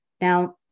Now